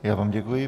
Já vám děkuji.